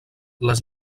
les